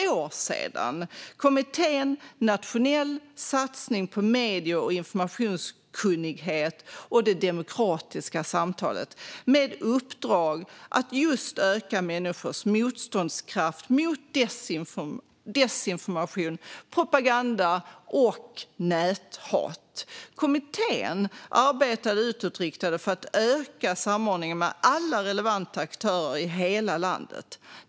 Den hette Nationell satsning på medie och informationskunnighet och det demokratiska samtalet och hade som uppdrag att just öka människors motståndskraft mot desinformation, propaganda och näthat. Kommittén arbetade utåtriktat för att öka samordningen mellan alla relevanta aktörer i hela landet.